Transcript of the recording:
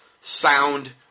sound